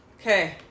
okay